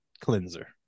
cleanser